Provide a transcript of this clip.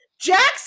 Jackson